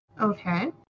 Okay